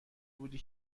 بودی